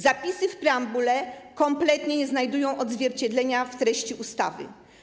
Zapisy w preambule kompletnie nie znajdują odzwierciedlenia w treści ustawy.